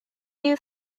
you